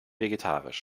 vegetarisch